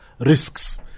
risks